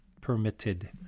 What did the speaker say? permitted